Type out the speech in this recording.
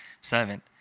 Servant